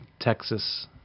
Texas